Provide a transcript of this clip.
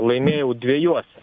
laimėjau dviejuose